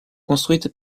construite